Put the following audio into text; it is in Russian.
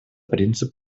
принцип